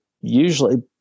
usually